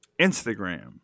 Instagram